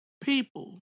people